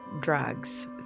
drugs